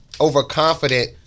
overconfident